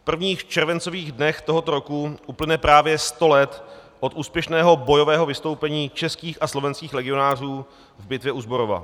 V prvních červencových dnech tohoto roku uplyne právě 100 let od úspěšného bojového vystoupení českých a slovenských legionářů v bitvě u Zborova.